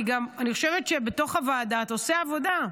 אני חושבת שבתוך הוועדה אתה עושה עבודה.